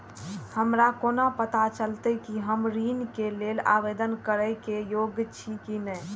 हमरा कोना पताा चलते कि हम ऋण के लेल आवेदन करे के योग्य छी की ने?